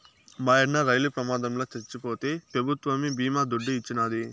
మాయన్న రైలు ప్రమాదంల చచ్చిపోతే పెభుత్వమే బీమా దుడ్డు ఇచ్చినాది